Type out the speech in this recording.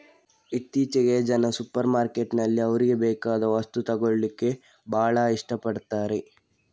ಇತ್ತೀಚೆಗೆ ಜನ ಸೂಪರ್ ಮಾರ್ಕೆಟಿನಲ್ಲಿ ಅವ್ರಿಗೆ ಬೇಕಾದ ವಸ್ತು ತಗೊಳ್ಳಿಕ್ಕೆ ಭಾಳ ಇಷ್ಟ ಪಡ್ತಾರೆ